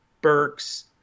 Burks